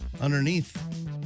underneath